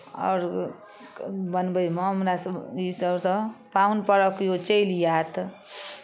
और बनबैमे हमरासभ ईसभ तऽ पाहुन परख किओ चलि आयत